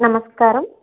నమస్కారం